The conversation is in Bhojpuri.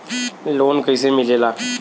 लोन कईसे मिलेला?